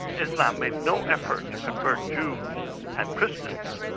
islam made no effort to convert jews and christians,